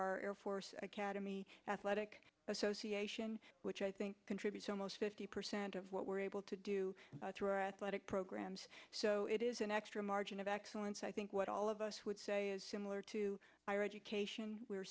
our air force academy athletic association which i think contributes almost fifty percent of what we're able to do a lot of programs so it is an extra margin of excellence i think what all of us would say is similar to higher education we're